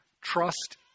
Trust